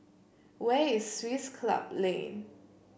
where is Swiss Club Lane